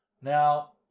Now